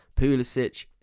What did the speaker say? Pulisic